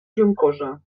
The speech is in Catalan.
juncosa